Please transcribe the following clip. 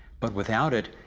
but without it,